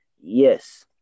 yes